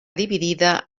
dividida